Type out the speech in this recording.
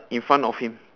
in front of him